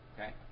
Okay